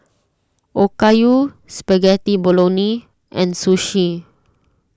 Okayu Spaghetti Bolognese and Sushi